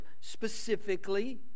specifically